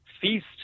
feast